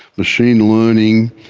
machine learning,